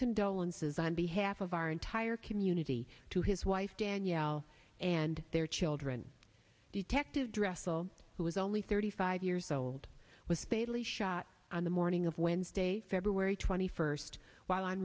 condolences on behalf of our entire community to his wife danielle and their children detective dress all who is only thirty five years old was fatally shot on the morning of wednesday february twenty first while